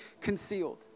concealed